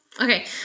Okay